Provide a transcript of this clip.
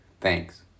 Thanks